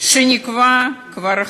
שנקבע כבר מאחורינו,